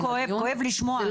זה כואב לשמוע.